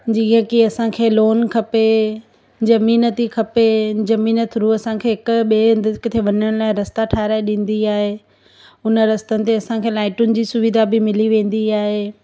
जीअं की असांखे लोन खपे ज़मीन थी खपे ज़मीन थ्रू असांखे हिक ॿिए हंधि किथे वञण लाइ रस्ता ठाराहे ॾींदी आहे हुन रस्तनि ते असांखे लाइटुनि जी सुविधा बि मिली वेंदी आहे